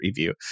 preview